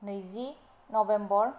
नैजि नभेम्बर